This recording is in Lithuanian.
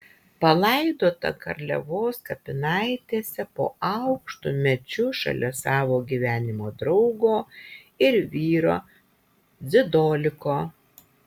palaidota garliavos kapinaitėse po aukštu medžiu šalia savo gyvenimo draugo ir vyro dzidoliko